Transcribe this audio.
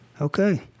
Okay